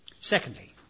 Secondly